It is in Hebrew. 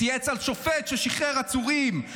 הוא צייץ על שופט ששחרר עצורים,